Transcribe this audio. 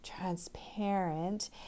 transparent